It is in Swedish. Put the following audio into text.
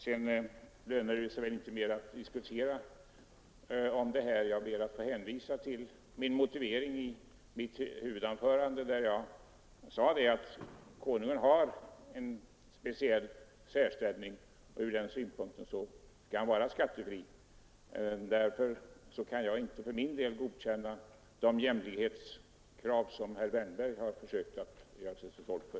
Det lönar sig väl inte att diskutera mer om det här, utan jag ber att få hänvisa till min motivering i huvudanförandet, där jag sade att Konungen har en särställning och därför bör vara skattefri. Fördenskull kan jag inte för min del godta de jämlikhetskrav som herr Wärnberg har gjort sig till tolk för.